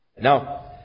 Now